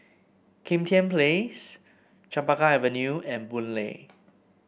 Kim Tian Place Chempaka Avenue and Boon Lay